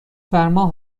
فرما